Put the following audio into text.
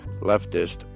leftist